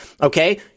Okay